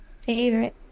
favorite